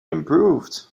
improved